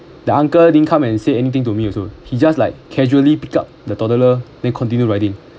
that uncle didn't come and say anything to me also he just like casually picked up the toddler then continue riding